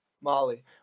Molly